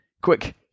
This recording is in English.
quick